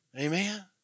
Amen